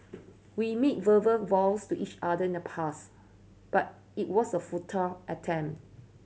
we made verbal vows to each other in the past but it was a futile attempt